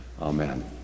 Amen